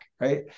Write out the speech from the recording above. right